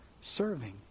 serving